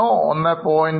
1